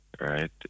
right